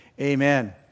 amen